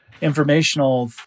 informational